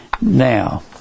Now